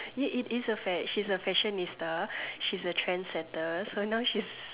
it it is a fad she's a fashionista she's a trendsetter so now she's